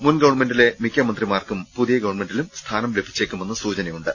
മുൻ ഗവൺ മെന്റിലെ മിക്ക മന്ത്രിമാർക്കും പുതിയ ഗവൺമെന്റിലും സ്ഥാനം ലഭിച്ചേക്കുമെന്ന് സൂചനയുണ്ട്